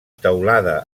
teulada